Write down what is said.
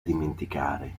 dimenticare